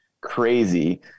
crazy